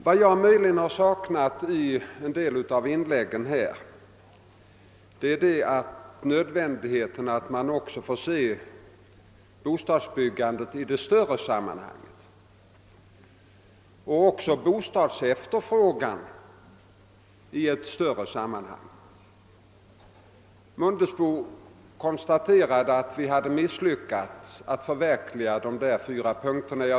Vad jag möjligen har saknat i en del av inläggen i dag är insikt om nödvändigheten att sätta in bostadsbyggandet och bostadsefterfrågan också i ett större sammanhang. Herr Mundebo konstateradet att vi hade misslyckats med att förverkliga målsättningen på de tre punkter han tog upp.